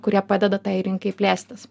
kurie padeda tai rinkai plėstis